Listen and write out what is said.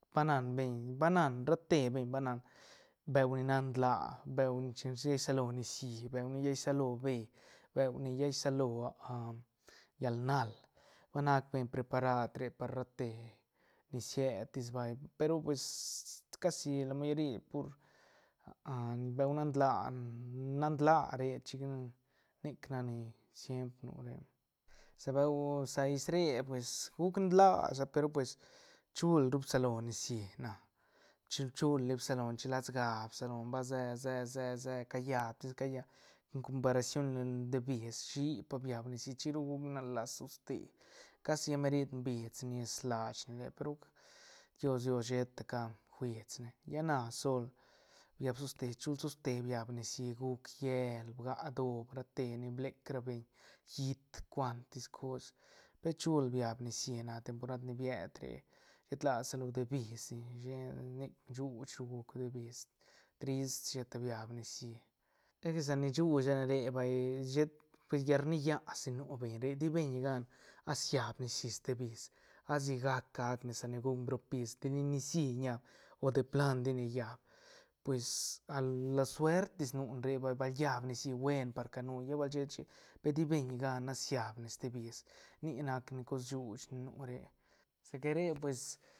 Ba nan beñ ba nan ra te beñ ba nan beu ni nan laa beu chin- chin rsalo nicií beu ni yai salo bee beu ni yai salo llal nal ba nac beñ preparad re par ra te ni ciet tis vay pe ru pues casi la mayori pur beu nan laa nan laa re chic a ne nic nac ni siempr nu re sa beu sa is re pues guc nlaa sa pe ru pues chul ru bsalo nicií na chul- chul li bsalone chilas ga bsalone ba se- se- se- se callab tis callab en comparación de bde bis ushipa biab nicií chin ru guc nan laa toste casi lla merid bist nis lach ne re pe ru chios dios sheta ca juisne lla na sol biab toste chul soste biab nicií juc llel bga doob ra te ni blec ra beñ hiit cuantis cos pe chul biab nicií na temporad ni bied re shet la di sa bde bisdi sheta nic shuuch guc bde bis trist sheta biab nicií esque sa ni shun sa nere vay shet pues yal rnilla si nu beñ re ti beñ gan a siab nicií ste bis a si gac- gac ne sa ni gucne bropis tidi nicií ñaab o de plan ti ne llab pues al la suert tis nu re vay bal llab nicií buen par canu lla bal sheta chic pe ti beñ gan la siabne ste bis nic nac ni cos shuuch nu re sa ca re pues.